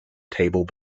table